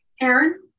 Aaron